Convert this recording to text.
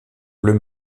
bleu